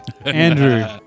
Andrew